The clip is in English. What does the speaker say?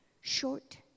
Short